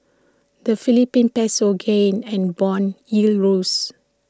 the Philippine Peso gained and Bond yields rose